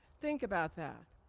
think about that.